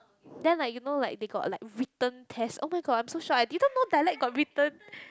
then like you know like they got like written test oh-my-god I'm so shocked I didn't know dialect got written